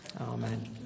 Amen